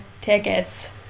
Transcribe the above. tickets